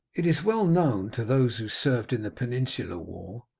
it is well known to those who served in the peninsular war,